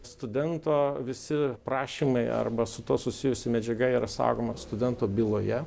studento visi prašymai arba su tuo susijusi medžiaga yra saugoma studento byloje